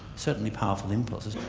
certainly powerful inputs.